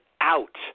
out